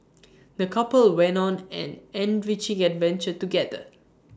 the couple went on an enriching adventure together